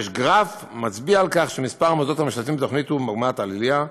יש גרף המצביע על כך שמספר המוסדות הממשלתיים בתוכנית הוא במגמת עלייה,